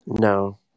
No